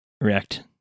React